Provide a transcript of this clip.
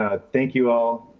ah thank you all.